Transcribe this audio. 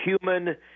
human